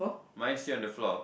mine is still on the floor